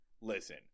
listen